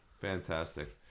Fantastic